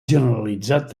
generalitzat